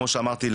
כמו שאמרתי,